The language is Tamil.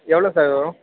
எவ்வளோ சார் வரும்